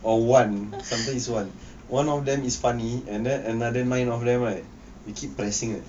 or one sometimes is one one of them is funny and then another nine of them right you keep pressing